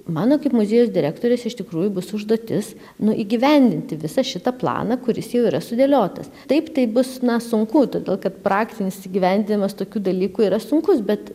mano kaip muziejaus direktorės iš tikrųjų bus užduotis nu įgyvendinti visą šitą planą kuris jau yra sudėliotas taip tai bus na sunku todėl kad praktinis įgyvendinimas tokių dalykų yra sunkus bet